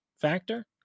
factor